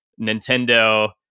Nintendo